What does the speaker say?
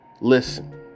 listen